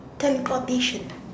teleportation